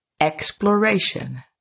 exploration